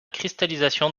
cristallisation